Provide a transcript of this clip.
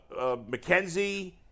McKenzie